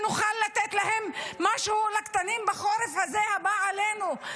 שנוכל לתת משהו לקטנים בחורף הזה הבא עלינו.